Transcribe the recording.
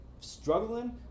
struggling